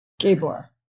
Gabor